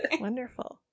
Wonderful